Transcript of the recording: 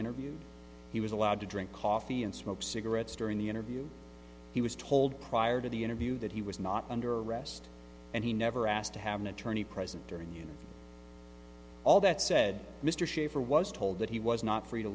interviewed he was allowed to drink coffee and smoke cigarettes during the interview he was told prior to the interview that he was not under arrest and he never asked to have an attorney present during you know all that said mr schaffer was told that he was not free to